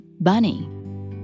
Bunny